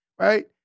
right